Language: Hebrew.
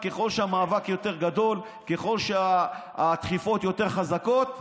ככל שהמאבק יותר גדול, ככל שהדחיפות יותר חזקות,